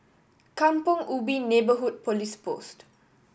Kampong Ubi Neighbourhood Police Post